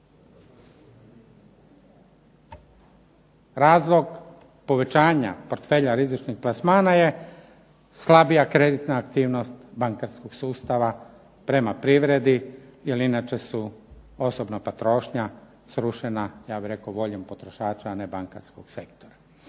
Razlog povećanja portfelja rizičnih plasmana je slabija kreditna aktivnost bankarskog sustava prema privredi jer inače su osobna potrošnja srušena ja bih rekao voljom potrošača, a ne bankarskog sektora.